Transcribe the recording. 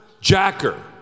Jacker